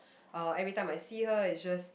uh everytime I see her is just